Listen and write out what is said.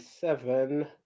seven